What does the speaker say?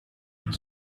and